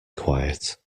quiet